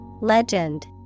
Legend